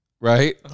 right